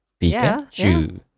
Pikachu